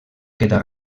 queda